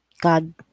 God